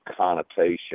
connotation